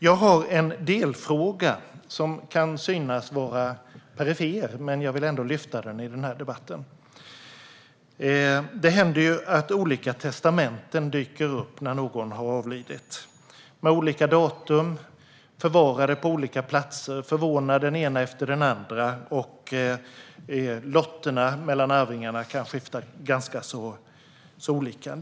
Jag har en delfråga som kan synas vara perifer, men jag vill ändå lyfta den i den här debatten. Det händer ju att olika testamenten dyker upp när någon har avlidit. De kan vara av olika datum eller förvarade på olika platser. De kan förvåna den ena efter den andra. Arvslotterna kan skifta ganska så mycket.